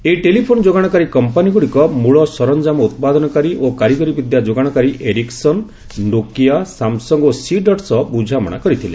ଏଇ ଟେଲିଫୋନ୍ ଯୋଗାଣକାରୀ କମ୍ପାନୀ ଗୁଡ଼ିକ ପକ୍ଷରୁ ମୂଳ ସରଞ୍ଜାମ ଉତ୍ପାଦନକାରୀ ଓ କାରିଗରୀ ବିଦ୍ୟା ଯୋଗାଶକାରୀ ଏରିକ୍ସନ୍ ନୋକିଆ ସାମସଙ୍ଗ୍ ଓ ସି ଡଟ୍ ସହ ବୁଝାମଣା କରିଥିଲେ